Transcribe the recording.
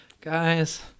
guys